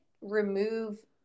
remove